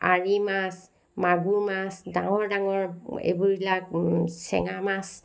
আৰি মাছ মাগুৰ মাছ ডাঙৰ ডাঙৰ এইবিলাক চেঙা মাছ